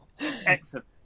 excellent